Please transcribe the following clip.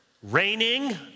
Raining